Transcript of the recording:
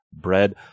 bread